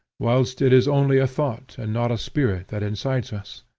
whilst it is only a thought and not a spirit that incites us.